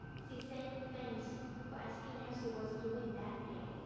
she say thanks for asking how she was doing that day,